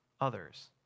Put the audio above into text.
others